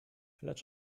lecz